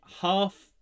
half